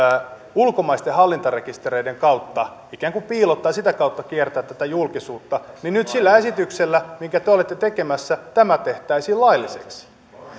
ulkomaisten hallintarekistereiden kautta ikään kuin piilottaa ja sitä kautta kiertää tätä julkisuutta niin nyt sillä esityksellä minkä te olette tekemässä tämä tehtäisiin lailliseksi